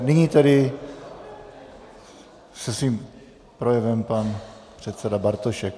Nyní tedy se svým projevem pan předseda Bartošek.